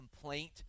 complaint